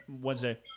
Wednesday